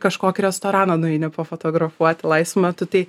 kažkokį restoraną nueini pafotografuot laisvu metu tai